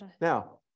Now